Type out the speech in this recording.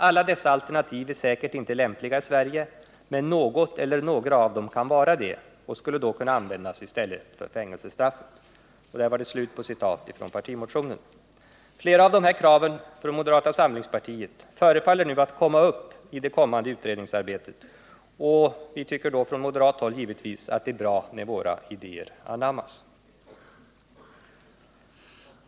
Alla dessa alternativ är säkert inte lämpliga i Sverige, men något eller några av dem kan vara det och skulle då kunna användas i stället för fängelsestraffet.” Flera av dessa krav från moderaterna förefaller nu komma upp i det kommande utredningsarbetet, och vi tycker från moderat håll givetvis att det är bra när våra idéer anammas.